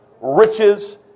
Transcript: riches